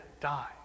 die